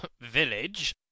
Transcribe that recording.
village